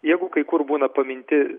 jeigu kai kur būna paminti